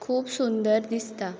खूब सुंदर दिसता